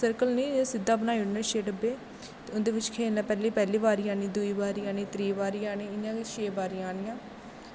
circle नेंई इयां सिध्दे बनाई ओड़ने छे डब्बे ते उंदे बिच्च खेलना पैह्ले पैह्ली बारी आनी दूई बारी आनी त्रीऽ बारी आनी इयां गे छे बारीं आनियां